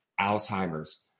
Alzheimer's